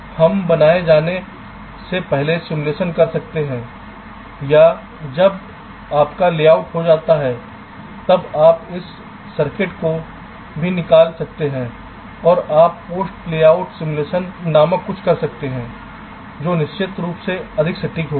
तो हम बनाए जाने से पहले सिमुलेशन कर सकते हैं या जब आपका लेआउट हो जाता है तब आप इस सर्किट को भी निकाल सकते हैं और आप पोस्ट लेआउट सिमुलेशन नामक कुछ कर सकते हैं जो निश्चित रूप से अधिक सटीक होगा